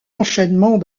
enchaînement